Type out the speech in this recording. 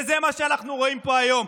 וזה מה שאנחנו רואים פה היום.